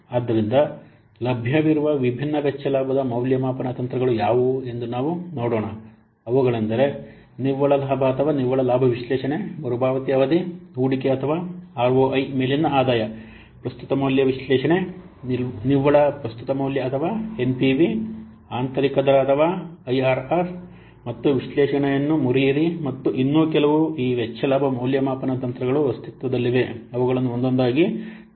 ಆದ್ದರಿಂದ ಲಭ್ಯವಿರುವ ವಿಭಿನ್ನ ವೆಚ್ಚ ಲಾಭದ ಮೌಲ್ಯಮಾಪನ ತಂತ್ರಗಳು ಯಾವುವು ಎಂದು ನಾವು ನೋಡೋಣ ಅವುಗಳೆಂದರೆ ನಿವ್ವಳ ಲಾಭ ಅಥವಾ ನಿವ್ವಳ ಲಾಭ ವಿಶ್ಲೇಷಣೆ ಮರುಪಾವತಿ ಅವಧಿ ಹೂಡಿಕೆ ಅಥವಾ ಆರ್ಒಐ ಮೇಲಿನ ಆದಾಯ ಪ್ರಸ್ತುತ ಮೌಲ್ಯ ವಿಶ್ಲೇಷಣೆ ನಿವ್ವಳ ಪ್ರಸ್ತುತ ಮೌಲ್ಯ ಅಥವಾ ಎನ್ಪಿವಿ ಆಂತರಿಕ ದರ ಅಥವಾ ಐಆರ್ಆರ್ ಮತ್ತು ವಿಶ್ಲೇಷಣೆಯನ್ನು ಮುರಿಯಿರಿ ಮತ್ತು ಇನ್ನೂ ಕೆಲವು ಈ ವೆಚ್ಚ ಲಾಭ ಮೌಲ್ಯಮಾಪನ ತಂತ್ರಗಳು ಅಸ್ತಿತ್ವದಲ್ಲಿವೆ ಅವುಗಳನ್ನುಒಂದೊಂದಾಗಿ ಚರ್ಚಿಸೋಣ